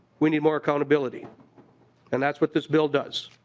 we need more accountability and that's what this bill does.